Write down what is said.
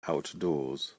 outdoors